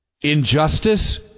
injustice